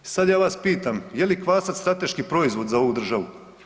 I sad ja vas pitam je li kvasac strateški proizvod za ovu državu?